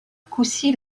coucy